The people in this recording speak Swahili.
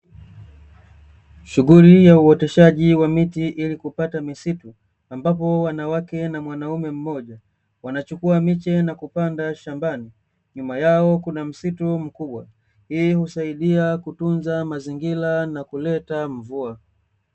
Shughuli ya uoteshaji wa miti ili kupata misitu, ambapo wanawake na mwanaume mmoja wanachukua miche na kupanda shambani, nyuma yao kuna msitu mkubwa. Hii husaidia kutunza mazingira na kuleta mvua.